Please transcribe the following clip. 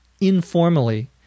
informally